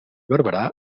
barberà